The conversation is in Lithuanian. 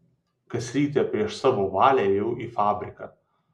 kas rytą prieš savo valią ėjau į fabriką